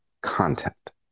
content